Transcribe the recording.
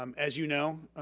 um as you know,